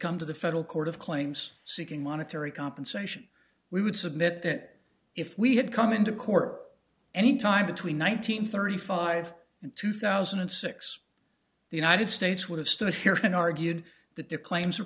come to the federal court of claims seeking monetary compensation we would submit that if we had come into court any time between one nine hundred thirty five and two thousand and six the united states would have stood here and argued that the claims are